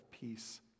peace